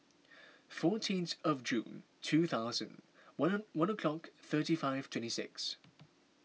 fourteenth of June two thousand one one o'clock thirty five twenty six